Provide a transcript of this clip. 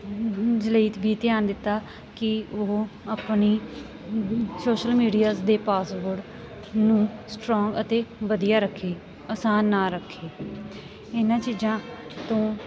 ਜਲੀਤ ਵੀ ਧਿਆਨ ਦਿੱਤਾ ਕਿ ਉਹ ਆਪਣੀ ਸੋਸ਼ਲ ਮੀਡੀਆਜ ਦੇ ਪਾਸਵਰਡ ਨੂੰ ਸਟਰੋਂਗ ਅਤੇ ਵਧੀਆ ਰੱਖੇ ਆਸਾਨ ਨਾ ਰੱਖੇ ਇਹਨਾਂ ਚੀਜ਼ਾਂ ਤੋਂ